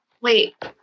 wait